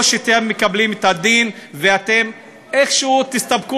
או שאתם מקבלים את הדין ואתם איכשהו תסתפקו